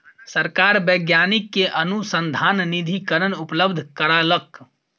सरकार वैज्ञानिक के अनुसन्धान निधिकरण उपलब्ध करौलक